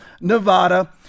Nevada